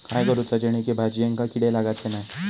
काय करूचा जेणेकी भाजायेंका किडे लागाचे नाय?